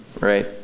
right